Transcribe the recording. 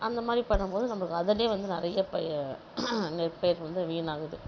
அந்த மாதிரி பண்ணும் போது நம்மளுக்கு அதிலேயே வந்து நிறைய பயிர் நெற்பயிர்கள் வந்து வீணாகுது